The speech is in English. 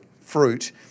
fruit